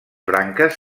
branques